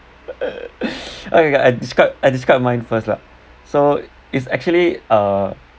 okay I describe I describe mine first lah so it's actually uh